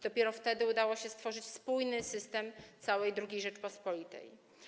Dopiero wtedy udało się stworzyć spójny system całej II Rzeczypospolitej.